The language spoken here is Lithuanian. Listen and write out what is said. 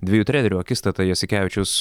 dviejų trenerių akistata jasikevičius